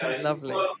Lovely